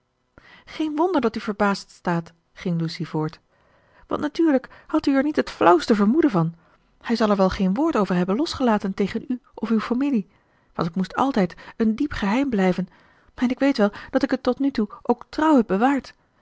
geen wonder dat u verbaasd staat ging lucy voort want natuurlijk hadt u er niet het flauwste vermoeden van hij zal er wel geen woord over hebben losgelaten tegen u of uw familie want het moest altijd een diep geheim blijven en ik weet wel dat ik het tot nu toe ook trouw heb bewaard